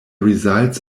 results